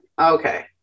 Okay